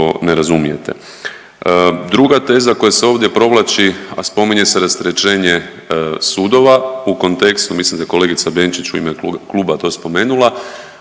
ne razumijete. Druga teza koja se ovdje provlači, a spominje se rasterećenje sudova u kontekstu, mislim da je kolegica Benčić u ime kluba to spomenula,